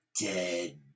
dead